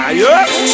yes